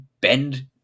bend